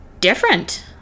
different